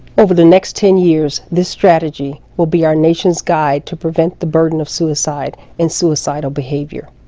over the next ten years, this strategy will be our nation's guide to prevent the burden of suicide and suicidal behavior.